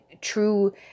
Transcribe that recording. true